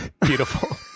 beautiful